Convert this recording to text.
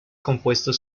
compuestos